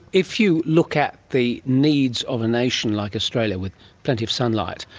if you look at the needs of a nation like australia with plenty of sunlight,